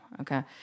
okay